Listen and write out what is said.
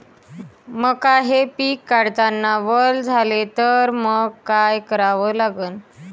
मका हे पिक काढतांना वल झाले तर मंग काय करावं लागन?